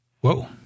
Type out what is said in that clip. Whoa